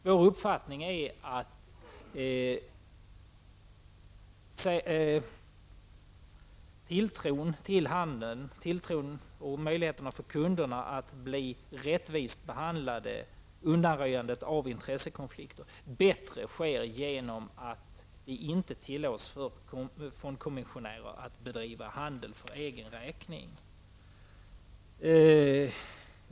Vår uppfattning är att tilltron till handeln och möjligheterna för kunderna att bli rättvisst behandlade samt undanröjande av intressekonflikter bättre sker genom att det inte tillåts för fondkommissionärer att bedriva handel för egen räkning.